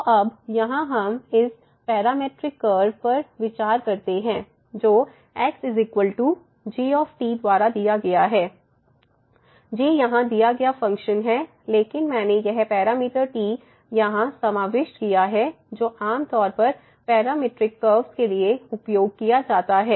तो अब यहाँ हम इस पैरामीट्रिक कर्व पर विचार करते हैं जोxg द्वारा दिया गया है g यहां दिया गया फ़ंक्शन है लेकिन मैंने यह पैरामीटर t यहां समाविष्ट किया है जो आमतौर पर पैरामीट्रिक कर्व के लिए उपयोग किया जाता है